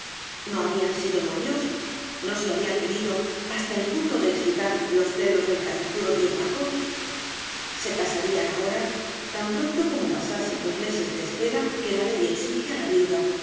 no habían sido novios no se habían querido hasta el punto de excitar loa celos del cachazudo tío paco sa ca barían ahora tan pronto como pasasen los meses de espera que la ley exige á la viuda